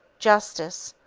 justice,